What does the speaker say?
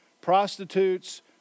prostitutes